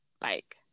bike